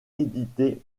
édité